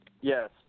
Yes